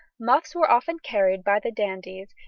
muffs were often carried by the dandies,